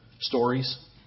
stories